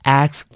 ask